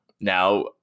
Now